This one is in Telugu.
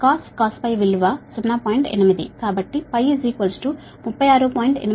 కాబట్టి cos విలువ 0